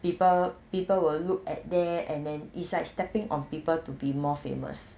people people will look at there and then it's like stepping on people to be more famous